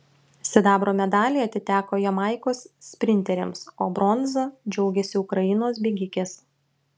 sidabro medaliai atiteko jamaikos sprinterėms o bronza džiaugėsi ukrainos bėgikės